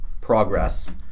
progress